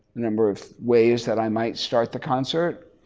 the number of ways that i might start the concert.